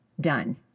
done